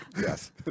Yes